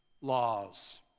laws